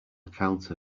account